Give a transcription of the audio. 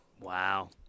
Wow